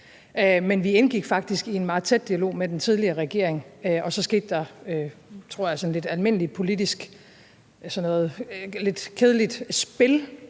Men vi indgik faktisk i en meget tæt dialog med den tidligere regering, og så opstod der sådan et lidt almindeligt kedeligt